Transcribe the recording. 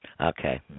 Okay